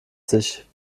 sich